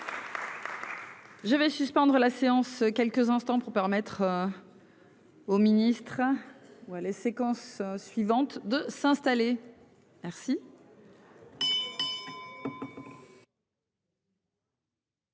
Je vais suspendre la séance quelques instants pour permettre. Oh ministres hein ou à la séquence suivante de s'installer. Merci.